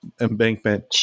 embankment